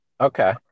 Okay